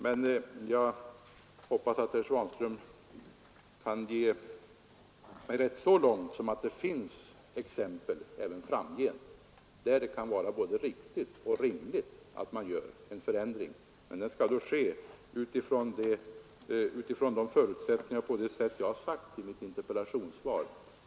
Men jag hoppas att herr Svanström kan ge mig rätt så långt som att det kan finnas exempel, även framgent, där det kan vara både riktigt och rimligt att man gör en förändring. Den skall då ske utifrån de förutsättningar och på det sätt jag har angivit i mitt interpellationssvar.